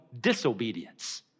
disobedience